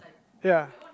ya